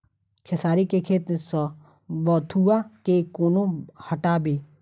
खेसारी केँ खेत सऽ बथुआ केँ कोना हटाबी